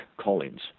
Collins